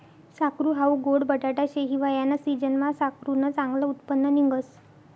साकरू हाऊ गोड बटाटा शे, हिवायाना सिजनमा साकरुनं चांगलं उत्पन्न निंघस